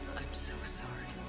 i'm so sorry.